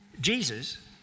Jesus